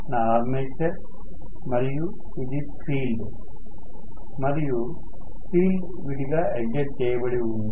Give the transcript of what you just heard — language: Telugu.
ఇది నా ఆర్మేచర్ మరియు ఇది ఫీల్డ్ మరియు ఫీల్డ్ విడిగా ఎగ్జైట్ చేయబడి ఉంది